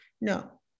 No